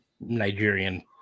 Nigerian